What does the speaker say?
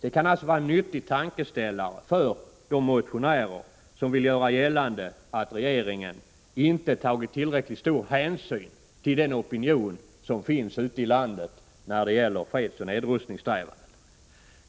Detta kan vara en nyttig tankeställare för de motionärer som vill göra gällande att regeringen inte tagit tillräckligt stor hänsyn till den opinion som finns ute i landet när det gäller fredsoch nedrustningssträvanden.